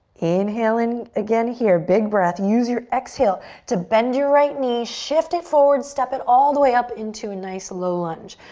inhale in again here, big breath. use your exhale to bend your right knee, shift it forward, step it all the way up into a nice low lunge.